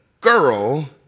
girl